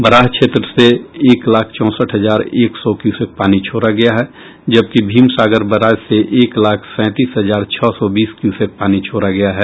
बराह क्षेत्र से एक लाख चौंसठ हजार एक सौ क्यूसेक पानी छोड़ा गया जबकि भीमसागर बराज से एक लाख सैंतीस हजार छह सौ बीस क्यूसेक पानी छोड़ा गया है